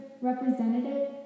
representative